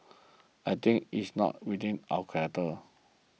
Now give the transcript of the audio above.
I think it is not within our character